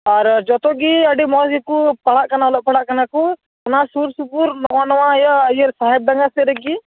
ᱟᱨ ᱡᱚᱛᱚᱜᱮ ᱟᱹᱰᱤ ᱢᱚᱡᱽ ᱜᱮᱠᱚ ᱯᱟᱲᱦᱟᱜ ᱠᱟᱱᱟ ᱚᱞᱚᱜ ᱯᱟᱲᱦᱟᱜ ᱠᱟᱱᱟᱠᱚ ᱚᱱᱟ ᱥᱩᱨ ᱥᱩᱯᱩᱨ ᱱᱚᱜᱼᱚᱭ ᱱᱚᱣᱟ ᱤᱭᱟᱹ ᱤᱭᱟᱹ ᱥᱟᱦᱮᱵ ᱰᱟᱝᱜᱟ ᱥᱮᱫ ᱨᱮᱜᱮ